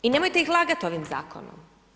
I nemojte ih lagati ovim zakonom.